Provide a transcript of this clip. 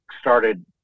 started